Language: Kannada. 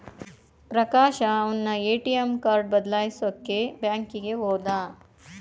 ಪ್ರಕಾಶ ಅವನ್ನ ಎ.ಟಿ.ಎಂ ಕಾರ್ಡ್ ಬದಲಾಯಿಸಕ್ಕೇ ಬ್ಯಾಂಕಿಗೆ ಹೋದ